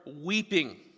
weeping